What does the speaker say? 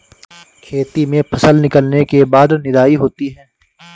खेती में फसल निकलने के बाद निदाई होती हैं?